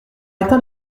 éteint